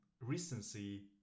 recency